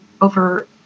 over